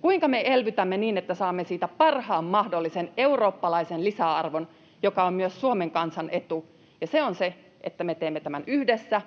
kuinka me elvytämme niin, että saamme siitä parhaan mahdollisen eurooppalaisen lisäarvon, joka on myös Suomen kansan etu. Ja se on se, että me teemme tämän yhdessä